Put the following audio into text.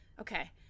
Okay